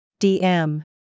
DM